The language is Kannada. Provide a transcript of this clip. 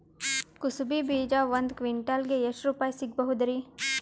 ಕುಸಬಿ ಬೀಜ ಒಂದ್ ಕ್ವಿಂಟಾಲ್ ಗೆ ಎಷ್ಟುರುಪಾಯಿ ಸಿಗಬಹುದುರೀ?